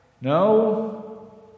no